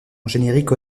générique